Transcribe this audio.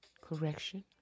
correction